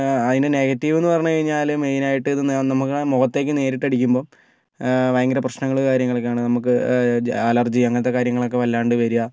അതിൻ്റെ നെഗറ്റീവെന്ന് പറഞ്ഞു കഴിഞ്ഞാല് മെയിനായിട്ട് നമുക്ക് മുഖത്തേക്ക് നേരിട്ടടിക്കുമ്പോൾ ഭയങ്കര പ്രശ്നങ്ങള് കാര്യങ്ങളൊക്കെയാണ് നമുക്ക് അലർജി അങ്ങനത്തെ കാര്യങ്ങളൊക്കെ വല്ലാണ്ട് വരിക